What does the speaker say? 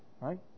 Right